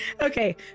okay